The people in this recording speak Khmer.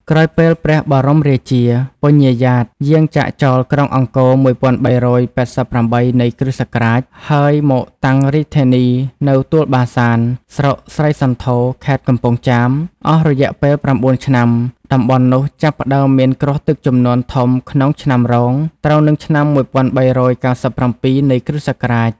ក្រោយពេលព្រះបរមរាជា ពញ្ញាយ៉ាត យាងចាកចោល ក្រុងអង្គរ ១៣៨៨ នៃគ.សករាជ ហើយមកតាំងរាជធានីនៅទួលបាសាន ស្រុកស្រីសន្ធរ ខេត្តកំពង់ចាម អស់រយៈពេល ៩ ឆ្នាំ តំបន់នោះចាប់ផ្ដើមមានគ្រោះទឹកជំនន់ធំក្នុងឆ្នាំរោង ត្រូវនិងឆ្នាំ ១៣៩៧ នៃគ.សករាជ